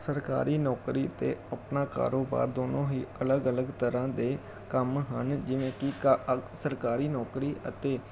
ਸਰਕਾਰੀ ਨੌਕਰੀ ਅਤੇ ਆਪਣਾ ਕਾਰੋਬਾਰ ਦੋਨੋਂ ਹੀ ਅਲੱਗ ਅਲੱਗ ਤਰ੍ਹਾਂ ਦੇ ਕੰਮ ਹਨ ਜਿਵੇਂ ਕਿ ਕਾ ਸਰਕਾਰੀ ਨੌਕਰੀ ਅਤੇ